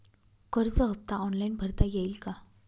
कर्ज हफ्ता ऑनलाईन भरता येईल का?